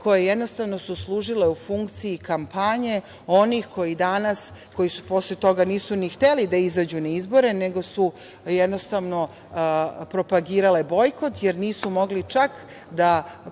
koji su jednostavno služili u funkciji kampanje onih koji danas, koji posle toga nisu ni hteli da izađu na izbore, nego su jednostavno propagirale bojkot, jer nisu mogli čak da pređu